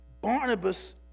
Barnabas